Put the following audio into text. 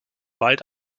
bald